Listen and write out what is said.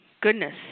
goodness